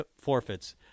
forfeits